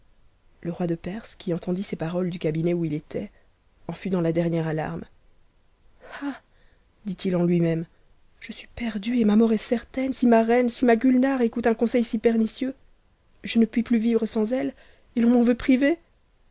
le roi de perse qui entendit ces paroles du cabinet où il était en fut ans a dernière alarme ah dit-il en lui-même je suis perdu et ma mort est certaine si ma reine si ma gulnare écoute un conseil si perni ieux je ne puis plus vivre sans elle et l'on m'en veut priver